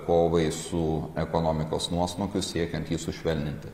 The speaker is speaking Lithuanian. kovai su ekonomikos nuosmukiu siekiant jį sušvelninti